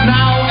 now